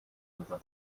meta